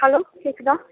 hello கேட்குதா